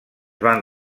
van